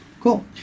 Cool